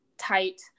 tight